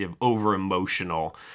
over-emotional